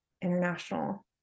international